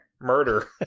Murder